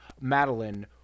Madeline